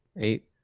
Eight